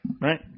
right